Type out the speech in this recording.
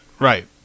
Right